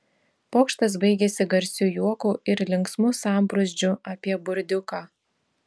pokštas baigėsi garsiu juoku ir linksmu sambrūzdžiu apie burdiuką